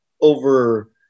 over